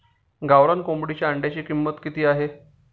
गावरान कोंबडीच्या अंड्याची किंमत किती आहे?